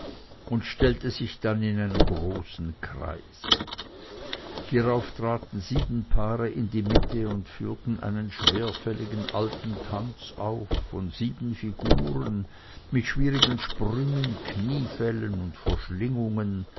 und stellte sich dann in einen großen kreis hierauf traten sieben paare in die mitte und führten einen schwerfälligen alten tanz auf von sieben figuren mit schwierigen sprüngen kniefällen und